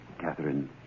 Catherine